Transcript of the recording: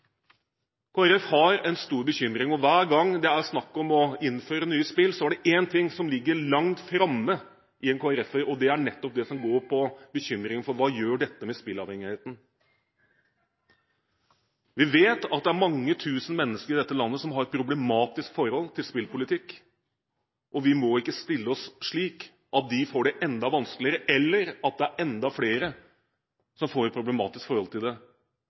har en stor bekymring, og hver gang det er snakk om å innføre nye spill, er det en ting som ligger langt framme i en KrF-er, og det er nettopp det som går på bekymring for hva dette gjør med spilleavhengigheten. Vi vet at det er mange tusen mennesker i dette landet som har et problematisk forhold til spillpolitikk, og vi må ikke stille oss slik at de får det enda vanskeligere, eller at det er enda flere som får et problematisk forhold til det.